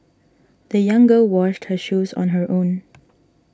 the young girl washed her shoes on her own